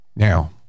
Now